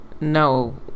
No